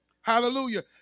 Hallelujah